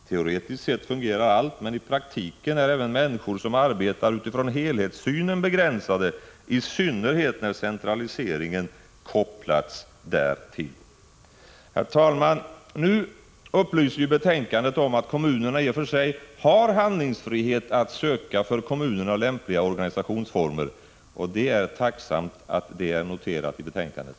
Teoretiskt sett fungerar allt, men i praktiken är även människor som arbetar utifrån helhetssynen begränsade, i synnerhet när centraliseringen kopplas därtill. Herr talman! I betänkandet upplyses om att kommunerna i och för sig har handlingsfrihet att söka för kommunerna lämpliga organisationsformer, och det är tacknämligt att det är noterat i betänkandet.